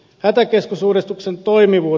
arvoisa puhemies